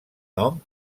nom